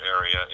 area